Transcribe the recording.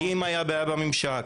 אם היה בעיה בממשק,